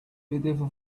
beautiful